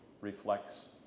reflects